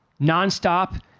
nonstop